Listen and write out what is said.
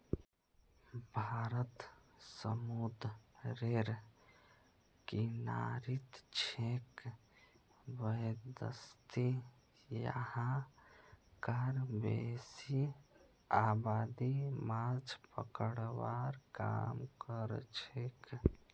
भारत समूंदरेर किनारित छेक वैदसती यहां कार बेसी आबादी माछ पकड़वार काम करछेक